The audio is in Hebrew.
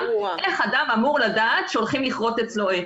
איך אדם אמור לדעת שהולכים לכרות אצלו עץ?